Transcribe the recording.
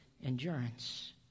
endurance